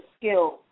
skills